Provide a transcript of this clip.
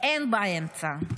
אין באמצע.